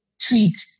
tweets